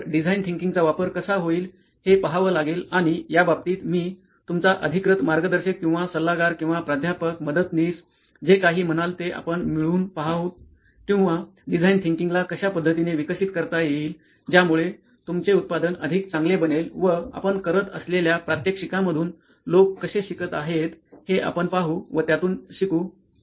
तर डिझाईन थिंकिंगचा वापर कसा होईल हे पाहावं लागेल आणि याबाबतीत मी तुमचा अधिकृत मार्गदर्शक किंवा सल्लागार किंवा प्राध्यापक मदतनीस जे काही म्हणाल ते आपण मिळून पाहूत कि डिझाईन थिंकिंगला कश्या पद्धतीने विकसित करता येईल ज्यामुळे तुमचे उत्पादन अधिक चांगले बनेल व आपण करत असलेल्या प्रात्यक्षिकांमधून लोक कसे शिकत आहेत हे आपण पाहू व त्यातून शिकू